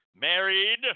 married